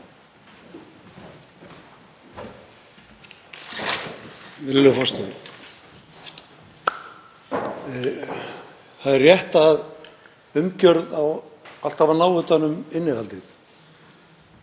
Virðulegur forseti. Það er rétt að umgjörð á alltaf að ná utan um innihaldið.